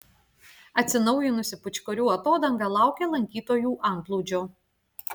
atsinaujinusi pūčkorių atodanga laukia lankytojų antplūdžio